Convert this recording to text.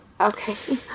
okay